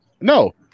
No